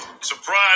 Surprise